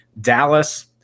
Dallas